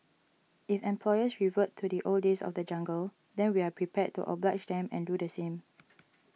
if employers revert to the old days of the jungle then we are prepared to oblige them and do the same